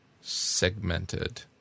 segmented